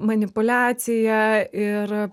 manipuliacija ir